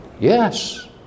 Yes